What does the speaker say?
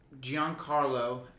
Giancarlo